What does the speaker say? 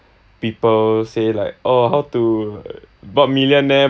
people say like orh how to what millionaire